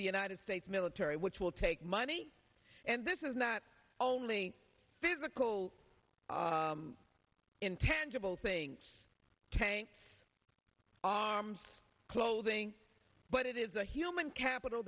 the united states military which will take money and this is not only physical intangible think tanks arms clothing but it is a human capital